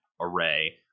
array